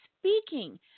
speaking